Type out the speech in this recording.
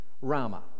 Rama